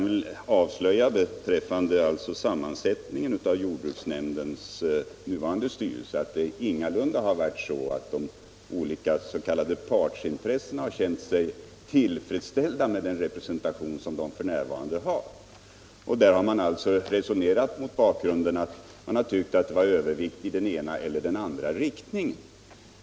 Vad beträffar den nuvarande sammansättningen av jordbruksnämnden kan jag väl ändå avslöja att de olika s.k. partsintressena ingalunda har känt sig tillfredsställda med den representation som de f. n. har. Man har tyckt att det har varit övervikt på ena eller andra sidan.